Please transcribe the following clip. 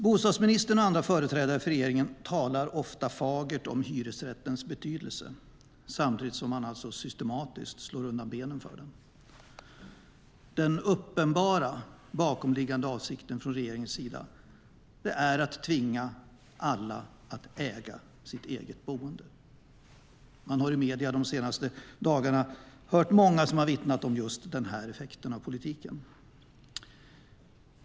Bostadsministern och andra företrädare för regeringen talar fagert om hyresrättens betydelse samtidigt som de systematiskt slår undan benen på densamma. Den uppenbara bakomliggande avsikten från regeringens sida är att tvinga alla att äga sitt boende. Man har i medierna de senaste dagarna hört många som har vittnat om den effekten av den förda politiken.